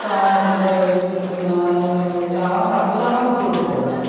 ചാണകത്തിൻ്റെ waste പിന്നതിന് ചാണകം പച്ച ചാണകം ഇട്ട് കൊടുക്കാറില്ല